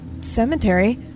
cemetery